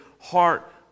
heart